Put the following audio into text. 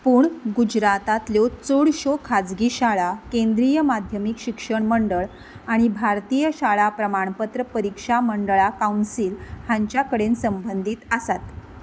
पूण गुजरातांतल्यो चडश्यो खाजगी शाळा केंद्रीय माध्यमीक शिक्षण मंडळ आनी भारतीय शाळा प्रमाणपत्र परिक्षा मंडळा काउन्सील हांचे कडेन संबंदीत आसात